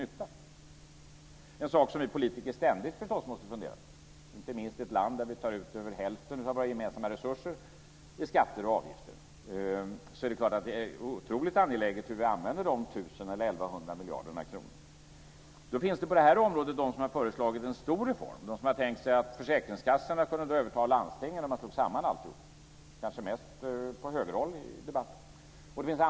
Detta är något som vi politiker naturligtvis ständigt måste fundera på, inte minst i ett land där vi tar ut över hälften av våra gemensamma resurser i skatter och avgifter. Det är oerhört angeläget att vi använder de 1 000 eller 1 100 miljarderna på rätt sätt. Det finns personer som har föreslagit en stor reform på det här området. De har tänkt sig att försäkringskassorna skulle kunna överta landstingen i en stor sammanslagning. De förslagen kommer kanske mest från högerhåll i debatten.